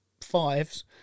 fives